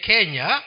Kenya